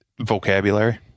vocabulary